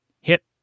hit